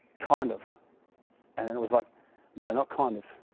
kind of and then it was like, no not kind of?